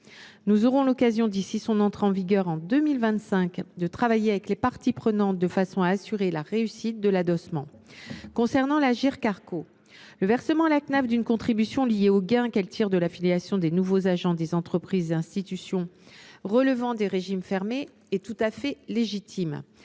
Nous aurons l’occasion, d’ici à son entrée en vigueur, en 2025, de travailler avec les parties prenantes de façon à assurer la réussite de l’adossement. Concernant l’Agirc Arrco, le versement à la Cnav d’une contribution liée aux gains qu’elle tire de l’affiliation des nouveaux agents des entreprises et institutions relevant des régimes fermés est tout à fait légitime.